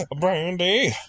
Brandy